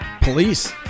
Police